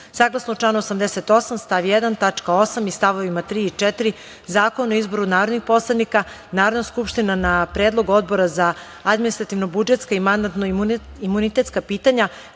članu 88. stav 1. tačka 8. i stavovima 3. i 4. Zakona o izboru narodnih poslanika, Narodna skupština na Predlog Odbora za administrativno-budžetska i mandatno-imunitetska pitanja,